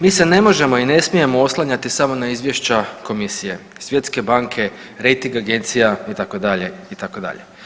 Mi se ne možemo i ne smijemo oslanjati samo na izvješća komisije, Svjetske banke, rejting agencija itd., itd.